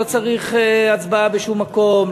לא צריך הצבעה בשום מקום,